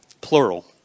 plural